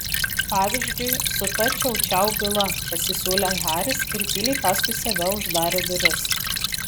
pavyzdžiui su ta čiau čiau byla pasisiūlė haris ir tyliai paskui save uždarė duris